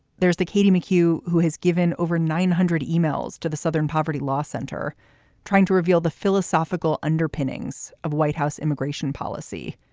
there's the katie mchugh, who has given over nine hundred emails to the southern poverty law center trying to reveal the philosophical underpinnings of white house immigration policy.